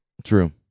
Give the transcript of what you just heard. true